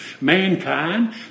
Mankind